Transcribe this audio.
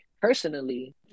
personally